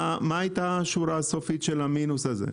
מה הייתה השורה הסופית של המינוס הזה?